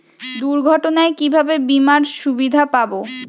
দুর্ঘটনায় কিভাবে বিমার সুবিধা পাব?